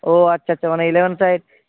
ও আচ্ছা আচ্ছা মানে ইলেভেন সাইড